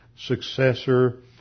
successor